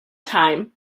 time